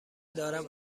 دارم